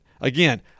Again